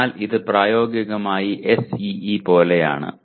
അതിനാൽ ഇത് പ്രായോഗികമായി SEE പോലെയാണ്